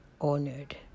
honored